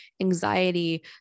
anxiety